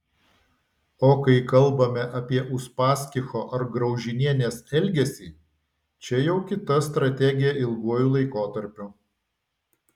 o kai kalbame apie uspaskicho ar graužinienės elgesį čia jau kita strategija ilguoju laikotarpiu